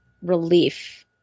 relief